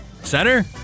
Center